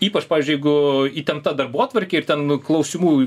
ypač pavyzdžiui jeigu įtempta darbotvarkė ir ten klausimų